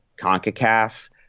CONCACAF